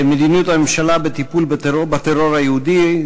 מדיניות הממשלה בטיפול בטרור היהודי.